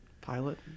Pilot